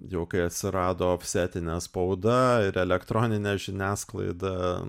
jau kai atsirado ofsetinė spauda ir elektroninė žiniasklaida